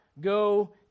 go